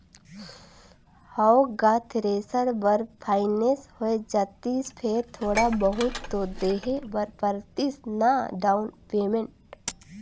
हव गा थेरेसर बर फाइनेंस होए जातिस फेर थोड़ा बहुत तो देहे बर परतिस ना डाउन पेमेंट